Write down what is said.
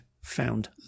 found